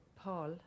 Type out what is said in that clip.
Paul